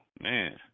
man